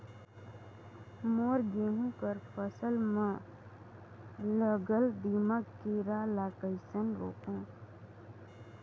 मोर गहूं कर फसल म लगल दीमक कीरा ला कइसन रोकहू?